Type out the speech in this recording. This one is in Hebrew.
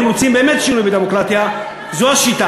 אם רוצים באמת שינוי בדמוקרטיה, זו השיטה.